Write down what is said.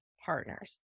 partners